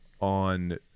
on